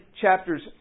chapters